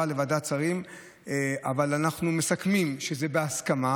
לוועדת שרים אבל אנחנו מסכמים שזה בהסכמה,